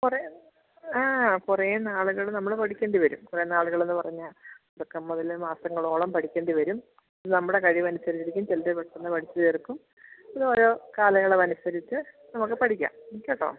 കുറേ ആ കുറേ നാളുകൾ നമ്മൾ പഠിക്കണ്ടി വരും കുറേ നാളുകൾ എന്ന് പറഞ്ഞാൽ തുടക്കം മുതൽ മാസങ്ങളോളം പഠിക്കേണ്ടിവരും നമ്മുടെ കഴിവ് അനുസരിച്ചിരിക്കും ചിലർ പെട്ടെന്ന് പഠിച്ചു തീർക്കും ഓരോ കാലയളവ് അനുസരിച്ച് നമുക്ക് പഠിക്കാം കേട്ടോ